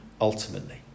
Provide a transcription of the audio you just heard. ultimately